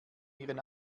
ihren